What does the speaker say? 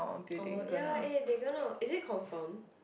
oh ya eh they gonna is it confirmed